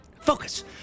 Focus